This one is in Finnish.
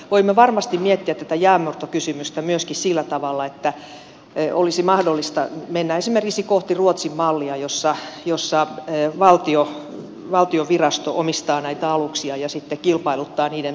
voimme varmasti miettiä tätä jäänmurtokysymystä myöskin sillä tavalla että olisi mahdollista mennä esimerkiksi kohti ruotsin mallia jossa valtion virasto omistaa näitä aluksia ja sitten kilpailuttaa niiden operointia